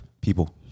people